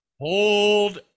hold